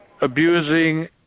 abusing